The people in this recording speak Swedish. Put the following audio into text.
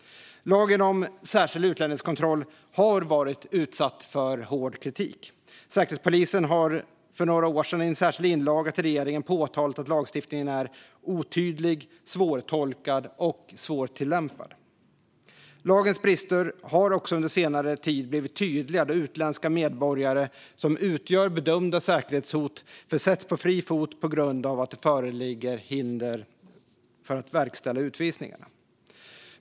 Lagen om särskild utlänningskontroll har varit utsatt för hård kritik. Säkerhetspolisen har för några år sedan i en särskild inlaga till regeringen påtalat att lagstiftningen är otydlig, svårtolkad och svårtillämpad. Lagens brister har också under senare tid blivit tydliga då utländska medborgare, som utgör bedömda säkerhetshot, försätts på fri fot på grund av att det föreligger hinder för att verkställa utvisningarna.